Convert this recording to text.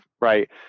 Right